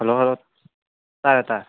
hello hello ꯇꯥꯔꯦ ꯇꯥꯔꯦ